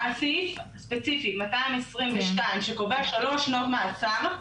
ספציפית הסעיף 222 שקובע שלוש שנות מאסר,